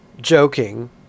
joking